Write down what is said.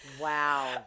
Wow